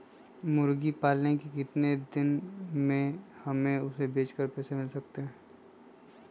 मुर्गी पालने से कितने दिन में हमें उसे बेचकर पैसे मिल सकते हैं?